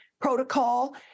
protocol